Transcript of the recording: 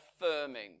affirming